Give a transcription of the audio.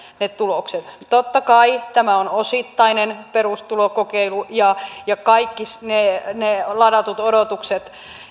ne tulokset totta kai tämä on osittainen perustulokokeilu ja on kaikki ne ne ladatut odotukset